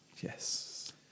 Yes